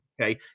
okay